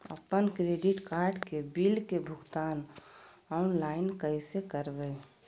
अपन credit card के bill के भुगतान ऑनलाइन कैसे करबैय?